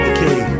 Okay